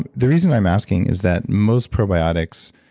and the reason i'm asking is that most probiotics,